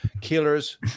killers